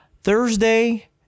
Thursday